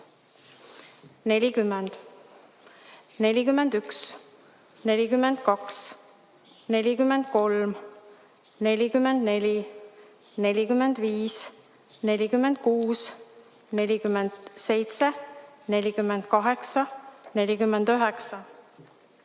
40, 41, 42, 43, 44, 45, 46, 47, 48, 49,